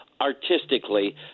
artistically